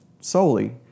solely